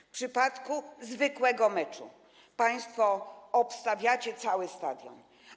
W przypadku zwykłego meczu państwo obstawiacie cały stadion.